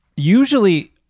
Usually